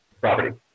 property